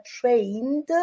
trained